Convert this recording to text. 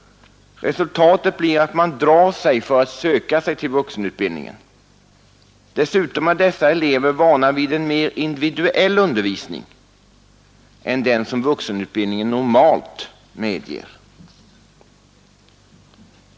Resultatet blir att man drar sig för att söka sig till vuxenutbildningen. Dessutom är dessa elever vana vid en mer individuell undervisning än den vuxenutbildningen normalt medger.